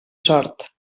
sort